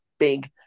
big